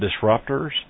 disruptors